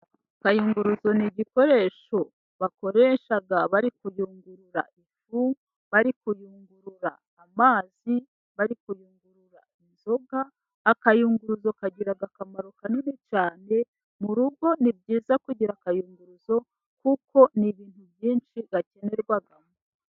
Akayunguruzo ni igikoresho bakoresha bari kuyungurura ifu, bari kuyungurura amazi, bari kuyungurura inzoga. Akayunguruzo kagira akamaro kanini cyane mu rugo. Ni byiza kugira akayunguruzo kuko ni ibintu byinshi gakenerwamo.